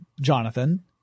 Jonathan